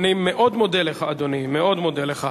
אני מאוד מודה לך, אדוני, מאוד מודה לך.